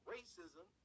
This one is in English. Racism